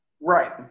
Right